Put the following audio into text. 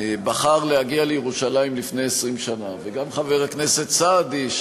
בחר להגיע לירושלים לפני 20 שנה וגם חבר הכנסת סעדי,